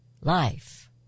Life